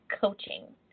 coaching